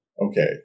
okay